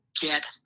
get